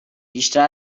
بیشتر